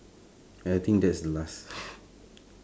I think that's the last